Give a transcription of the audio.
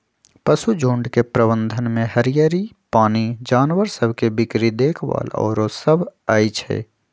पशुझुण्ड के प्रबंधन में हरियरी, पानी, जानवर सभ के बीक्री देखभाल आउरो सभ अबइ छै